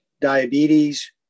diabetes